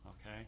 Okay